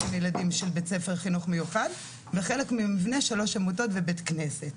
70 ילדים מבית הספר לחינוך מיוחד וחלק מהמבנה שלוש עמותות ובית כנסת,